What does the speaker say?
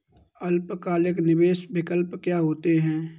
अल्पकालिक निवेश विकल्प क्या होता है?